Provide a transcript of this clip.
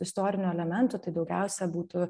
istorinių elementų tai daugiausia būtų